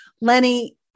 Lenny